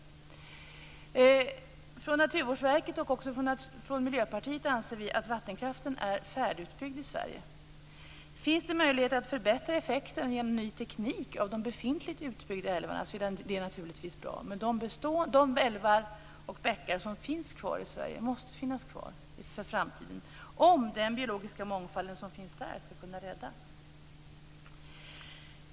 Naturvårdsverket och också vi från Miljöpartiet anser att vattenkraften är färdigutbyggd i Sverige. Finns det möjlighet att förbättra effekten genom ny teknik för de befintligt utbyggda älvarna är det naturligtvis bra. Men de älvar och bäckar som finns kvar i Sverige måste finnas kvar för framtiden om den biologiska mångfald som finns där skall kunna räddas.